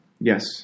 Yes